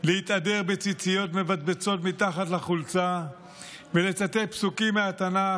להתהדר בציציות מבצבצות מתחת לחולצה ולצטט פסוקים מהתנ"ך,